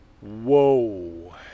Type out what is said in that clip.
whoa